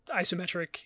isometric